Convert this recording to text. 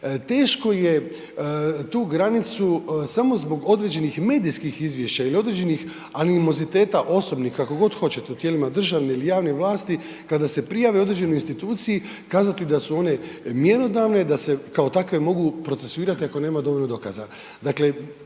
teško je tu granicu samo zbog određenih medijskih izvješća ili određenih animoziteta osobnih, kako god hoćete, u tijelima državne ili javne vlasti, kada se prijave određenoj instituciji, kazati da su one mjerodavne, da se, kao takve, mogu procesuirati ako nema dovoljno dokaza.